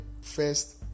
first